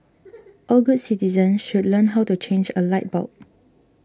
all good citizens should learn how to change a light bulb